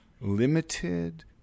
limited